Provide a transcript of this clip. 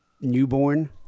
newborn